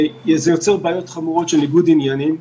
זה עלול ליצור בעיות חמורות של ניגוד עניינים.